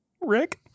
Rick